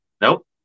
Nope